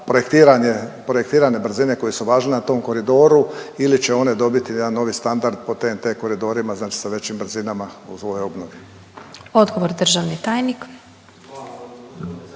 projektirane brzine koje su važne na tom koridoru ili će one dobiti jedan novi standard po TNT koridorima, znači sa većim brzinama uz .../Govornik